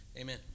Amen